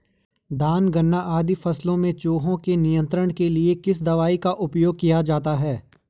धान गन्ना आदि फसलों में चूहों के नियंत्रण के लिए किस दवाई का उपयोग किया जाता है?